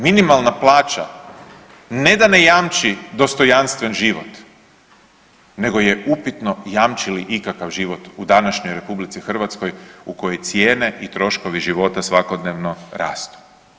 Minimalna plaća ne da ne jamči dostojanstven život nego je upitno jamči li ikakav život u današnjoj RH u kojoj cijene i troškovi života svakodnevno rastu.